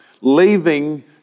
leaving